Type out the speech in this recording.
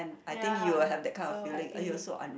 ya so happy